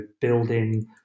building